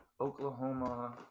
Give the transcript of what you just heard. Oklahoma